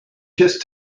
just